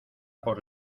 por